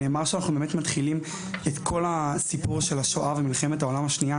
נאמר שאנחנו באמת מתחילים את כל הסיפור של השואה ומלחמת העולם השנייה